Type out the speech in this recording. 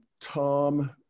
Tom